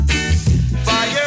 Fire